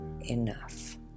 enough